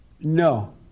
No